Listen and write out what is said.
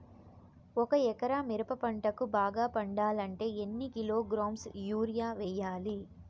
ఒక ఎకరా మిరప పంటకు బాగా పండాలంటే ఎన్ని కిలోగ్రామ్స్ యూరియ వెయ్యాలి?